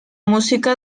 música